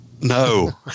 No